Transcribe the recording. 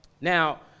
Now